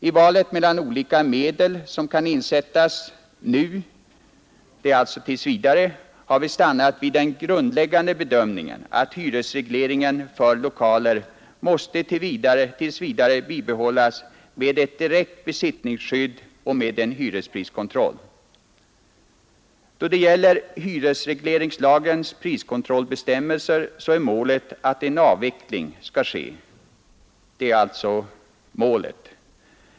I valet mellan olika medel som kan insättas nu — alltså tills vidare — har vi stannat vid den grundläggande bedömningen att hyresregleringen för lokaler måste bibehållas med ett direkt besittningsskydd och med en hyrespriskontroll. Då det gäller hyresregleringslagens priskontrollbestämmelser så är målet att en avveckling skall ske.